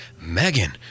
Megan